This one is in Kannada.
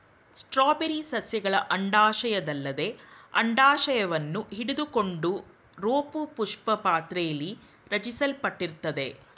ಸ್ಟ್ರಾಬೆರಿ ಸಸ್ಯಗಳ ಅಂಡಾಶಯದಲ್ಲದೆ ಅಂಡಾಶವನ್ನು ಹಿಡಿದುಕೊಂಡಿರೋಪುಷ್ಪಪಾತ್ರೆಲಿ ರಚಿಸಲ್ಪಟ್ಟಿರ್ತದೆ